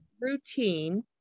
routine